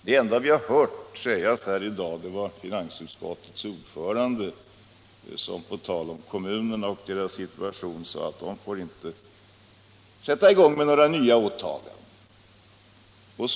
Det enda uttalande på denna punkt som vi fått här i dag gjordes av finansutskottets ordförande, som på tal om kommunerna och deras situation sade att de inte får göra några åtaganden.